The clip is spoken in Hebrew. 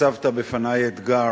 הצבת בפני אתגר.